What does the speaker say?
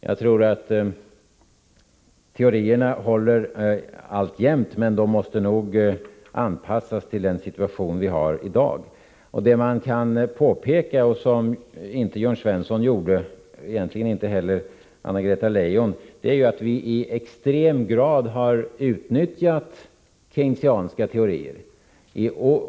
Jag tror att Keynes teorier alltjämt håller men att de nog måste anpassas till den situation som vi har i dag. Vad man kan påpeka, vilket inte Jörn Svensson gjorde, och egentligen inte heller Anna-Greta Leijon, är att vi i extrem grad har utnyttjat Keynesianska teorier.